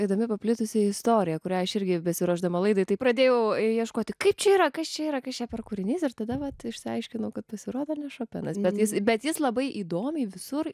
įdomi paplitusi istorija kurią aš irgi besiruošdama laidai taip pradėjau ieškoti kaip čia yra kas čia yra kas čia per kūrinys ir tada vat išsiaiškinau kad pasirodo ne šopenas bet jis bet jis labai įdomiai visur